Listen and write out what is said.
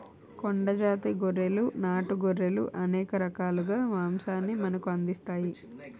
కొండ జాతి గొర్రెలు నాటు గొర్రెలు అనేక రకాలుగా మాంసాన్ని మనకు అందిస్తాయి